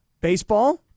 Baseball